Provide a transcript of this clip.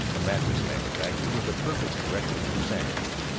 a mattress-manufacturer with a perfect record for sanity.